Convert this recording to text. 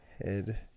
head